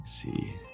See